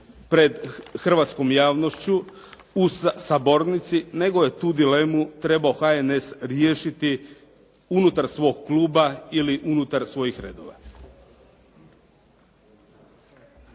pred hrvatskom javnošću, u sabornici, nego je tu dilemu trebao HNS riješiti unutar svog kluba ili unutar svojih redova.